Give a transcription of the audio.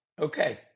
Okay